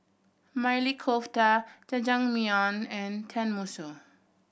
Maili Kofta Jajangmyeon and Tenmusu